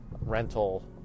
rental